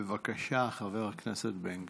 בבקשה, חבר הכנסת בן גביר.